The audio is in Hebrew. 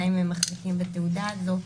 גם אם הם מחזיקים בתעודה הזאת,